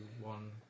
one